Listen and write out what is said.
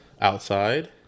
outside